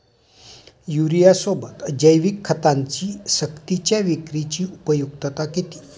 युरियासोबत जैविक खतांची सक्तीच्या विक्रीची उपयुक्तता किती?